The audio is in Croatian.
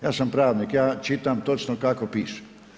Ja sam pravnik, ja čitam točno kako piše.